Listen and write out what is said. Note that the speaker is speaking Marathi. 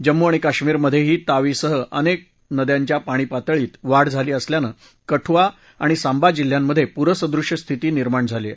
जम्मू आणि काश्मीरमध्येही तावीसह अनेक नद्यांच्या पाणी पातळीत वाढ झाली असल्यानं कदुआ आणि सांबा जिल्ह्यांमध्ये पूरसदृश्य स्थिती निर्माण झाली आहे